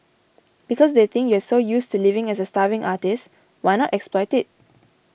because they think you're used to living as a starving artist why not exploit it